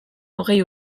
hogei